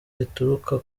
rituruka